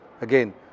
again